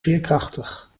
veerkrachtig